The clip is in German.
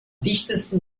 dichtesten